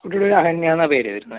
കുട്ടീടെ പേര് അഹന്യ എന്നാണ് പേര് വരുന്നേ